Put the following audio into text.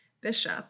Bishop